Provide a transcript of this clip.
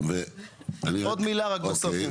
עוד מילה רק בסוף.